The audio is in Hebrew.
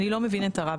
אני לא מבין את הרב.